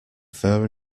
fur